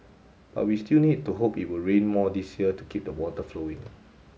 but we still need to hope it will rain more this year to keep the water flowing